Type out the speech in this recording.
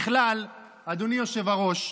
בכלל, אדוני היושב-ראש,